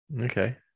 Okay